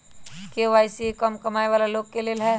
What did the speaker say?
KYC का कम कमाये वाला लोग के लेल है?